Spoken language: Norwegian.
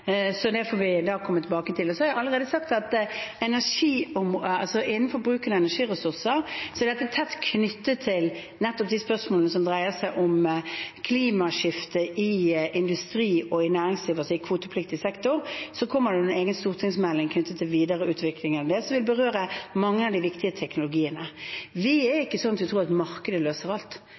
så det får vi da komme tilbake til. Så har jeg allerede sagt at bruken av energiressurser er tett knyttet til nettopp de spørsmålene som dreier seg om klimaskifte i industri og næringsliv i kvotepliktig sektor. Så kommer det en egen stortingsmelding knyttet til videreutvikling av det som vil berøre mange av de viktige teknologiene. Vi tror ikke at markedet løser alt. Vi